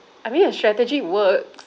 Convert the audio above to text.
I mean your strategy works